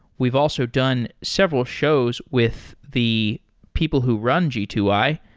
we've also done several shows with the people who run g two i,